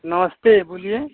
नमस्ते बोलिए